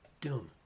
doom